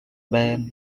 bayern